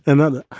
another.